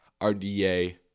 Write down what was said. RDA